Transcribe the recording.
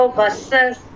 buses